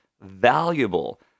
valuable